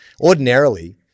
Ordinarily